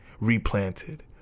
Replanted